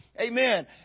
Amen